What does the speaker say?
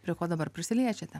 prie ko dabar prisiliečiate